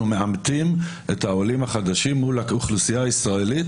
מעמתים את העולים החדשים מול האוכלוסייה הישראלית